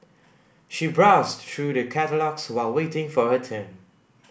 she browsed through the catalogues while waiting for her turn